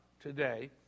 today